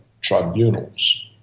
tribunals